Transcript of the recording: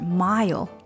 mile